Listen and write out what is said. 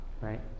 Right